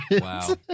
Wow